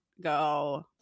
go